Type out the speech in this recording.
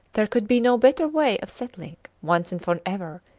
there could be no better way of settling, once and for ever,